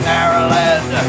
Maryland